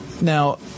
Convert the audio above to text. Now –